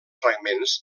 fragments